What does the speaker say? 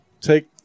take